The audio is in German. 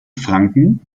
franken